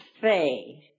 Faye